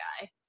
guy